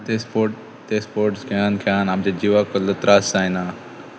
ते स्पोर्ट ते स्पोर्ट्स खेळून खेळून आमचे जिवाक कसलो त्रास जायना